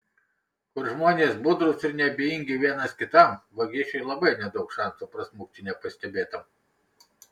kur žmonės budrūs ir neabejingi vienas kitam vagišiui labai nedaug šansų prasmukti nepastebėtam